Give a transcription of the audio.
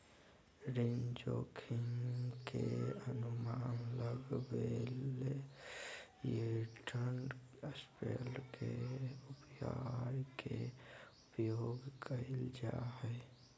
ऋण जोखिम के अनुमान लगबेले यिलड स्प्रेड के उपाय के उपयोग कइल जा हइ